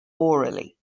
orally